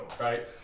right